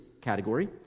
category